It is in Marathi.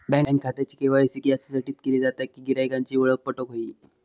बँक खात्याचे के.वाय.सी याच्यासाठीच केले जाता कि गिरायकांची ओळख पटोक व्हयी